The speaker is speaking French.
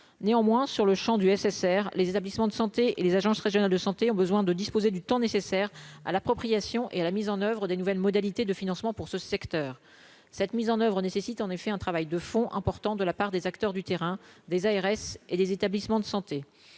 néanmoins sur le Champ du SSR, les établissements de santé et les agences régionales de santé ont besoin de disposer du temps nécessaire à l'appropriation et à la mise en oeuvre des nouvelles modalités de financement pour ce secteur, cette mise en oeuvre nécessite en effet un travail de fond important de la part des acteurs du terrain des ARS et des établissements de santé,